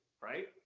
right